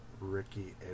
Ricky